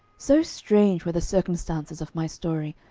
so strange were the circumstances of my story,